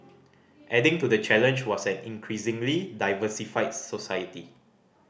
adding to the challenge was an increasingly diversified society